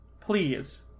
Please